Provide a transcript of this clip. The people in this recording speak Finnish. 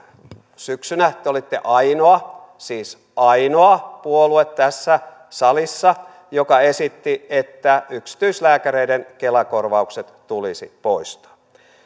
syksynä te olitte ainoa siis ainoa puolue tässä salissa joka esitti että yksityislääkäreiden kela korvaukset tulisi poistaa